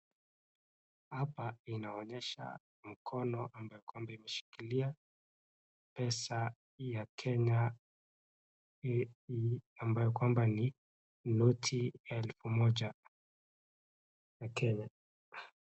Hapa inaonyesha mkono ambayo kwamba imeshikilia pesa ya Kenya ambayo kwamba ni noti elfu moja Kenya.